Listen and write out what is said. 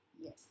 Yes